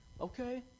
Okay